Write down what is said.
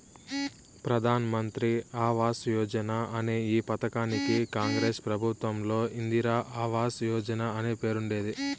ప్రధాన్ మంత్రి ఆవాస్ యోజన అనే ఈ పథకానికి కాంగ్రెస్ ప్రభుత్వంలో ఇందిరా ఆవాస్ యోజన అనే పేరుండేది